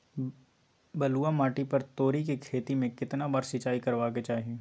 बलुआ माटी पर तोरी के खेती में केतना बार सिंचाई करबा के चाही?